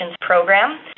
program